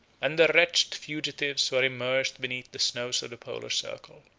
and the wretched fugitives who are immersed beneath the snows of the polar circle.